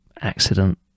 accident